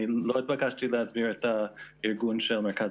לא התבקשתי להסביר את הארגון של מרכז